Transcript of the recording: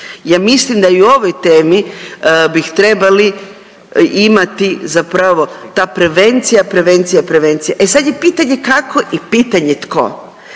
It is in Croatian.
Ja mislim da i u ovoj temi bih trebali imati zapravo ta prevencija, prevencija, prevencija. E sad je pitanje kako i pitanje tko.